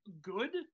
good